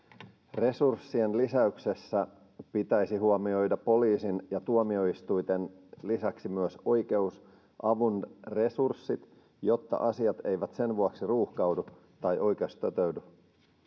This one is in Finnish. resurssien lisäyksessä pitäisi huomioida poliisin ja tuomioistuinten lisäksi myös oikeusavun resurssit jotta asiat eivät sen vuoksi ruuhkaudu tai oikeus jää toteutumatta